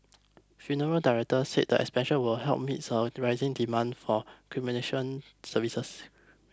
funeral directors said the expansion will help meet a rising demand for cremation services